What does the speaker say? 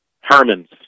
Herman's